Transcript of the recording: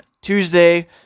Tuesday